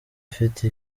ufite